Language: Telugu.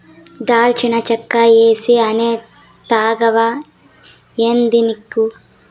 దాల్చిన చెక్క ఏసీ అనే తాగవా ఏందానిక్కు